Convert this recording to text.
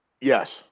Yes